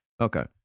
Okay